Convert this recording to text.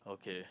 okay